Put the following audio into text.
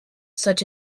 such